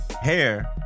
Hair